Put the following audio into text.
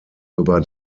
über